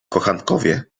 kochankowie